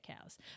cows